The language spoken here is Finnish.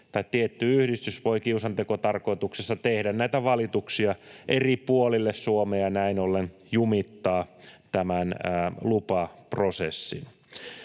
tietty yhdistys voi kiusantekotarkoituksessa tehdä näitä valituksia eri puolille Suomea ja näin ollen jumittaa tämän lupaprosessin.